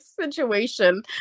situation